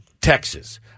Texas